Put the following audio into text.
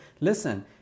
listen